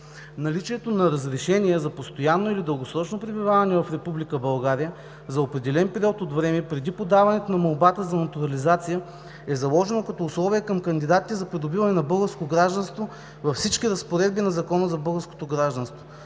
Наличието на разрешение за постоянно или дългосрочно пребиваване в Република България за определен период от време, преди подаването на молбата за натурализация, е заложено като условие към кандидатите за придобиване на българско гражданство във всички разпоредби на Закона за българското гражданство.